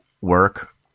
work